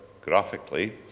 graphically